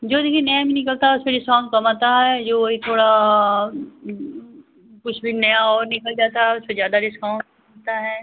जो देखिए नया में निकलता है उस पर डिस्काउंट कम आता है जो वही थोड़ा कुछ भी नया और निकल जाता है उस पर ज़्यादा डिस्काउंट मिलता है